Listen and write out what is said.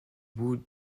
bout